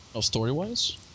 Story-wise